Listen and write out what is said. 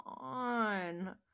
on